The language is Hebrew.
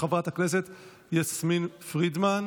של חברת הכנסת מירב בן ארי.